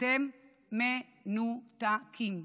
אתם מנותקים,